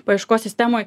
paieškos sistemoj